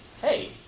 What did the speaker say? hey